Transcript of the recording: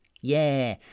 Yeah